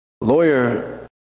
lawyer